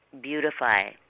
beautify